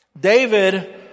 David